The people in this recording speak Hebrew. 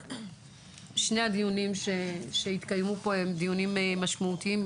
שני הדיונים שהתקיימו פה הם דיונים משמעותיים,